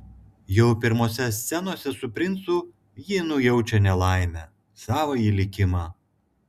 jau pirmose scenose su princu ji nujaučia nelaimę savąjį likimą